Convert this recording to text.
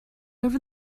over